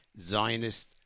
Zionist